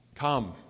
Come